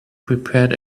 prepared